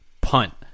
punt